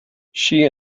she